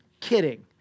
kidding